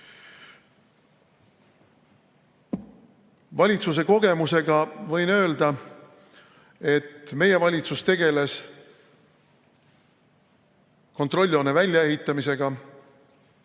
Valitsuse kogemusega võin öelda, et meie valitsus tegeles kontrolljoone väljaehitamisega